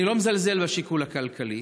אני לא מזלזל בשיקול הכלכלי,